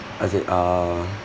as in uh